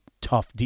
tough